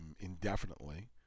indefinitely